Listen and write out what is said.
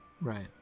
Right